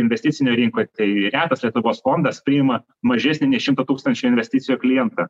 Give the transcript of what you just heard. investicinėj rinkoj tai retas lietuvos fondas priima mažesnį nei šimto tūkstančių investicijų klientą